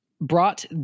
brought